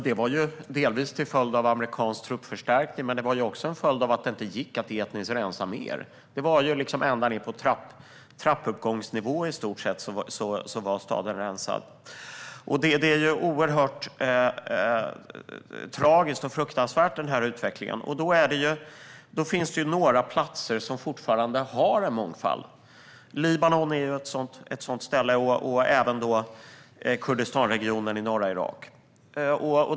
Det var delvis en följd av amerikansk truppförstärkning, men det var också en följd av att det inte gick att etniskt rensa mer. Staden var i stort sett rensad ända ned på trappuppgångsnivå. Denna utveckling är oerhört tragisk och fruktansvärd. Det finns några platser som fortfarande har en mångfald. Libanon är ett sådant ställe och även Kurdistanregionen i norra Irak.